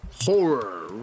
Horror